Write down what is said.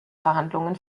verhandlungen